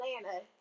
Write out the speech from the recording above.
atlanta